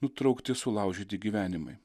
nutraukti sulaužyti gyvenimai